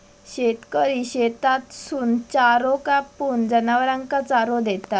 शेतकरी शेतातसून चारो कापून, जनावरांना चारो देता